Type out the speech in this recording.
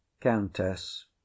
Countess